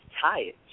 tired